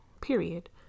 Period